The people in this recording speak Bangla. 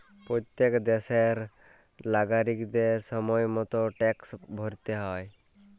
প্যত্তেক দ্যাশের লাগরিকদের সময় মত ট্যাক্সট ভ্যরতে হ্যয়